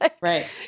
Right